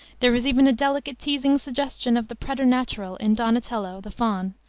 there is even a delicate teasing suggestion of the preternatural in donatello, the faun,